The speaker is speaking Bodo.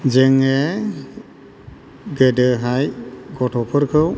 जोङो गोदोहाय गथ'फोरखौ